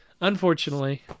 unfortunately